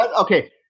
Okay